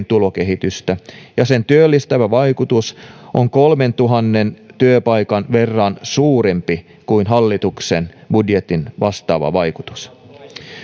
tulokehitystä ja sen työllistävä vaikutus on kolmentuhannen työpaikan verran suurempi kuin hallituksen budjetin vastaava vaikutus